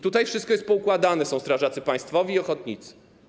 Tutaj wszystko jest poukładane: są strażacy państwowi i ochotnicy.